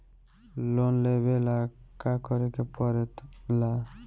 Loan लेबे ला का करे के पड़े ला?